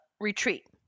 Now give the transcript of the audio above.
retreat